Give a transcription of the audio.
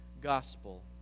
gospel